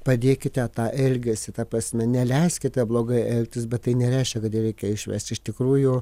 padėkite tą elgesį ta prasme neleiskite blogai elgtis bet tai nereiškia kad ją reikia išvest iš tikrųjų